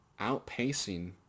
outpacing